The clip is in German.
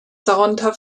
darunter